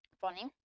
funny